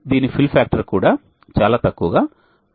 దీని fill factor కూడా చాలా తక్కువగా 0